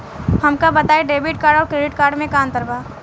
हमका बताई debit card और क्रेडिट कार्ड में का अंतर बा?